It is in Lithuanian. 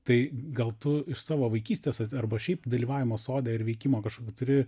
tai gal tu iš savo vaikystės arba šiaip dalyvavimą sode ar veikimą kažkokį turi